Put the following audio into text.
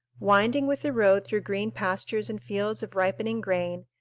winding with the road through green pastures and fields of ripening grain,